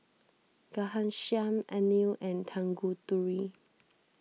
Ghanshyam Anil and Tanguturi